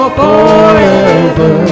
forever